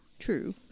true